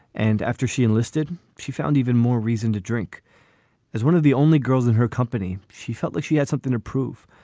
and after she enlisted, she found even more reason to drink as one of the only girls in her company. she felt like she had something to prove.